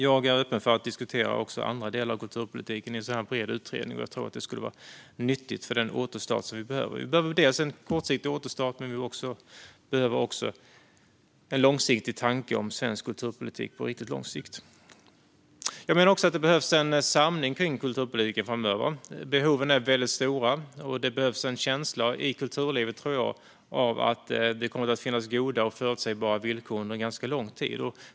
Jag är öppen för att diskutera också andra delar av kulturpolitiken i en sådan bred utredning, och jag tror att det skulle vara nyttigt för den återstart som vi behöver. Vi behöver dels en kortsiktig återstart, dels en tanke om svensk kulturpolitik på riktigt lång sikt. Jag menar också att det behövs en samling kring kulturpolitiken framöver. Behoven är väldigt stora, och det behövs, tror jag, en känsla i kulturlivet av att det kommer att råda goda och förutsägbara villkor under ganska lång tid.